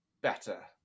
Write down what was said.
better